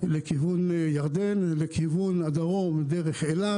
לכיוון ירדן, לכיוון הדרום דרך אילת.